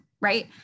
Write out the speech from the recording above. right